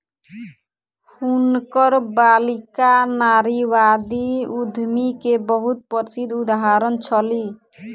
हुनकर बालिका नारीवादी उद्यमी के बहुत प्रसिद्ध उदाहरण छली